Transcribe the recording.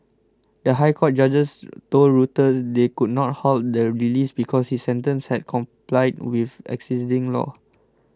the High Court judges told Reuters they could not halt the release because his sentence had complied with existing law